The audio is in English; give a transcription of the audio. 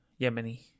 Yemeni